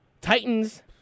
Titans